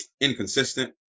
inconsistent